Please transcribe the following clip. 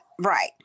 Right